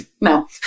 no